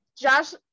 Josh